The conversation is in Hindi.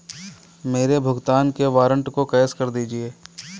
मेरे भुगतान के वारंट को कैश कर दीजिए